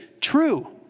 true